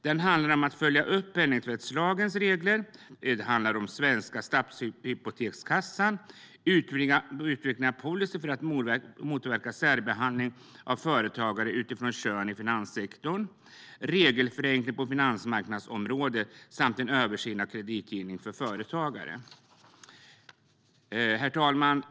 Det handlar om att följa penningtvättslagens regler, om Svenska skeppshypotekskassan, om att utveckla en policy för att motverka särbehandling av företagare utifrån kön i finanssektorn, om regelförenkling på finansmarknadsområdet samt om en översyn av kreditgivning för företagare. Herr talman!